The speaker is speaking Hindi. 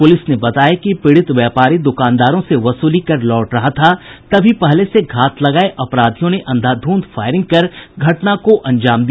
पुलिस ने बताया कि पीड़ित व्यापारी दुकानदारों से वसूली कर लौट रहा था तभी पहले से घात लगाये अपराधियों ने अंधाधुंध फायरिंग कर घटना को अंजाम दिया